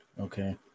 Okay